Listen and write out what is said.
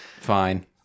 fine